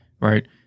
right